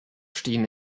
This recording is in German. stehen